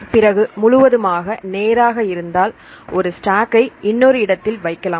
பிறகு முழுவதுமாக நேராக இருந்தால் ஒரு ஸ்டாக்கை இன்னொரு இடத்தில் வைக்கலாம்